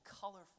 colorful